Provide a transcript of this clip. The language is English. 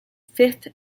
fifth